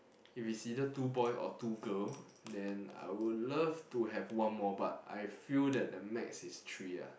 if it's either two boy or two girl then I would love to have one more but I feel that the max is three lah